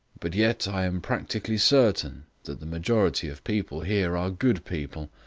but yet i am practically certain that the majority of people here are good people.